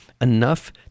enough